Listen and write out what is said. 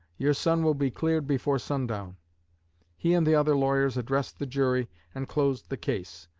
your son will be cleared before sundown he and the other lawyers addressed the jury, and closed the case.